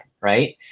right